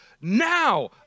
Now